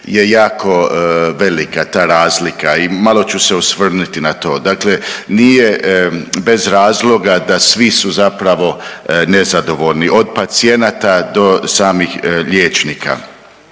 je jako velika ta razlika i malo ću se osvrnuti na to. Dakle, nije bez razloga da svi su zapravo nezadovoljni od pacijenata do samih liječnika.